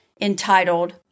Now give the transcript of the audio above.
entitled